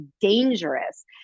dangerous